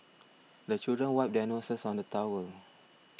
the children wipe their noses on the towel